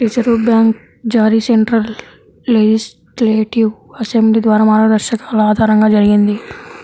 reserve bank జారీ central legislative assembly ద్వారా మార్గదర్శకాల ఆధారంగా జరిగింది